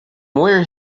where